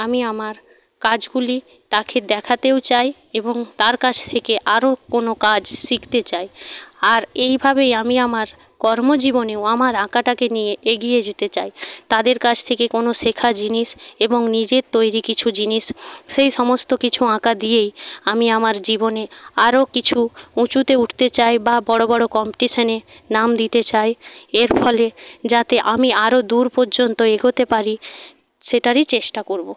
আমি আমার কাজগুলি তাকে দেখাতেও চাই এবং তার কাছ থেকে আরও কোনো কাজ শিখতে চাই আর এইভাবেই আমি আমার কর্ম জীবনেও আমার আঁকাটাকে নিয়ে এগিয়ে যেতে চাই তাদের কাছ থেকে কোনো শেখা জিনিস এবং নিজের তৈরি কিছু জিনিস সেই সমস্ত কিছু আঁকা দিয়েই আমি আমার জীবনে আরও কিছু উঁচুতে উঠতে চাই বা বড় বড় কম্পিটিশনে নাম দিতে চাই এর ফলে যাতে আমি আরও দূর পর্যন্ত এগোতে পারি সেটারই চেষ্টা করব